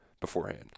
beforehand